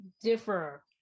differ